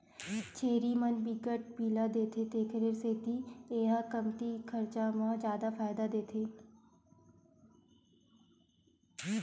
छेरी मन बिकट के पिला देथे तेखर सेती ए ह कमती खरचा म जादा फायदा देथे